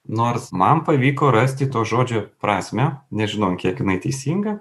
nors man pavyko rasti to žodžio prasmę nežinom kiek jinai teisinga